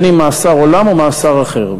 אם מאסר עולם או מאסר אחר.